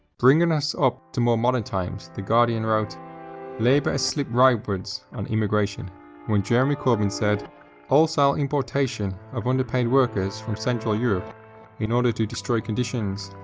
bringing us up to more modern times, the guardian wrote labour has slipped rightwards on immigration when jeremy corbyn said wholesale importation of underpaid workers from central europe in order to destroy conditions,